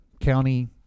county